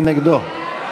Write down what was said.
מי נגדו?